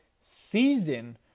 season